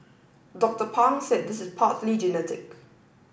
Doctor Pang said this is partly genetic